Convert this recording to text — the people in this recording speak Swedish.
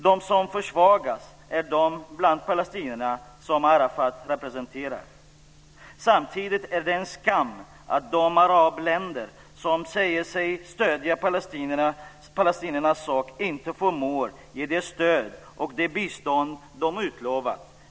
De som försvagas är de bland palestinierna som Arafat representerar. Samtidigt är det en skam att de arabländer som säger sig stödja palestiniernas sak inte förmår ge det stöd och det bistånd de utlovat.